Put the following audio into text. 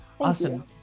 Awesome